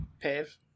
Pave